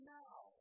now